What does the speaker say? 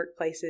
workplaces